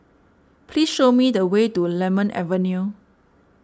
please show me the way to Lemon Avenue